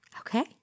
Okay